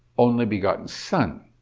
only-begotten son,